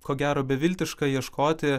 ko gero beviltiška ieškoti